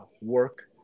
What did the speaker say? work